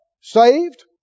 saved